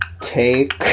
take